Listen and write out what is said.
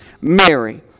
Mary